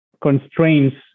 constraints